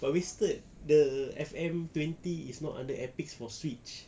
but wasted the F_M twenty is not under epic for switch